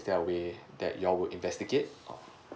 is there a way that you would investigate or